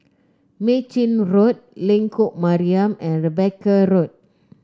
Mei Chin Road Lengkok Mariam and Rebecca Road